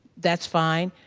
that's fine.